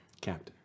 Captain